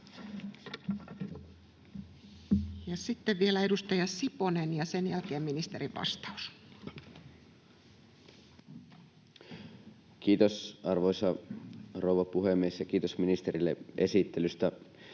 sitten vielä edustaja Siponen ja sen jälkeen ministerin vastaus. Kiitos, arvoisa rouva puhemies! Ja kiitos ministerille esittelystä.